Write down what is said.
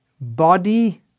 Body